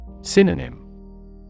Synonym